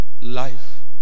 life